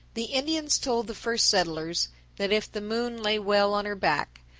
the indians told the first settlers that if the moon lay well on her back,